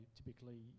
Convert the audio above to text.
typically